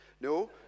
No